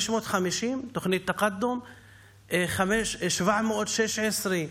550, תוכנית תקאדום, 716,